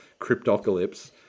cryptocalypse